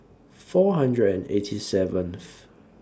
four hundred and eighty seventh